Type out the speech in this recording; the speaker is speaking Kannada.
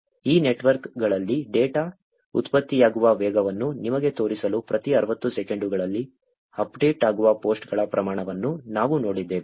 ಈ ನೆಟ್ವರ್ಕ್ಗಳಲ್ಲಿ ಡೇಟಾ ಉತ್ಪತ್ತಿಯಾಗುವ ವೇಗವನ್ನು ನಿಮಗೆ ತೋರಿಸಲು ಪ್ರತಿ 60 ಸೆಕೆಂಡುಗಳಲ್ಲಿ ಅಪ್ಡೇಟ್ ಆಗುವ ಪೋಸ್ಟ್ಗಳ ಪ್ರಮಾಣವನ್ನು ನಾವು ನೋಡಿದ್ದೇವೆ